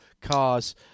cars